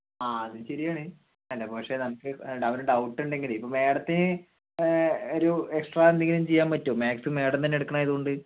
ആ അത് ശരിയാണ് പക്ഷേ നമുക്ക് പക്ഷേ അവൻ ഡൌട്ട് ഉണ്ടെങ്കിലേ ഇപ്പോൾ മാഡത്തിന് ഒരു എക്സ്ട്രാ എന്തെങ്കിലും ചെയ്യാൻ പറ്റുമോ മാത്സ് മാഡം തന്നെ എടുക്കുന്ന ആയതുകൊണ്ട്